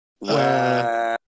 wow